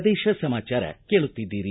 ಪ್ರದೇಶ ಸಮಾಚಾರ ಕೇಳುತ್ತಿದ್ದೀರಿ